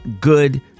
good